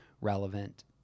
relevant